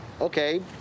okay